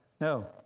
no